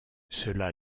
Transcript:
cela